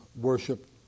worship